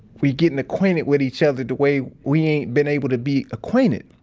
we gettin' acquainted with each other the way we ain't been able to be acquainted.